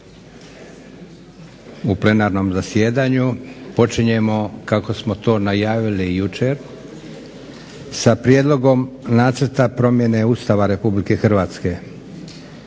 u plenarnom zasjedanju. Počinjemo kako smo to najavili jučer sa: - Prijedlog nacrta promjene Ustava RH. Predlagatelj